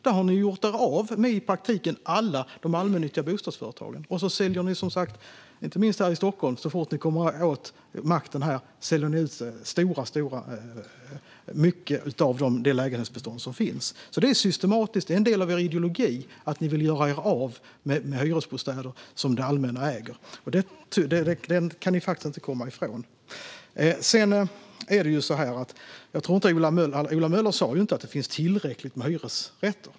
Där har ni i praktiken gjort er av med alla de allmännyttiga bostadsföretagen. Det gäller inte minst här i Stockholm. Så fort ni kommer åt makten här säljer ni ut en stor del av det lägenhetsbestånd som finns. Det är systematiskt och en del av er ideologi att ni vill göra er av med hyresbostäder som det allmänna äger. Det kan ni faktiskt inte komma ifrån. Ola Möller sa inte att det finns tillräckligt med hyresrätter.